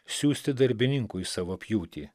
siųsti darbininkų į savo pjūtį